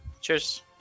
Cheers